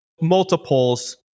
multiples